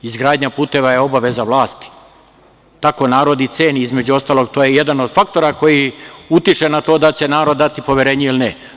Izgradnja puteva je obaveza vlasti, tako narod i ceni, između ostalog, to je jedan od faktora koji utiče na to da li će narod dati poverenje ili ne.